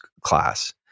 class